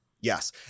Yes